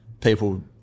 People